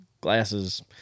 glasses